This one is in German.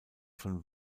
von